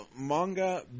manga